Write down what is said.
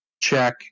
check